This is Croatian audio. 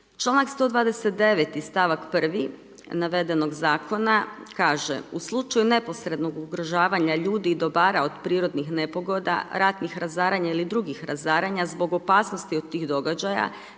Članak 129. i stavak 1. navedenog zakona kaže, u slučaju neposrednog ugrožavanja ljudi i dobara od prirodnih nepogoda, ratnih razaranja ili drugih razaranja zbog opasnosti od tih događaja